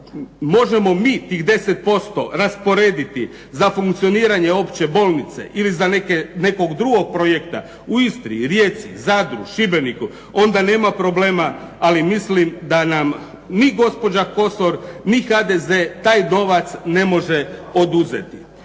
možemo mi tih 10% rasporediti za funkcioniranje opće bolnice ili za nekog drugog projekta u Istri, Rijeci, Zadru, Šibeniku, onda nema problema. Ali mislim da nam ni gospođa Kosor ni HDZ taj novac ne može oduzeti.